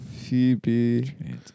Phoebe